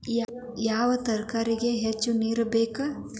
ಯಾವ ತರಕಾರಿಗೆ ಹೆಚ್ಚು ನೇರು ಬೇಕು?